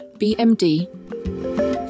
BMD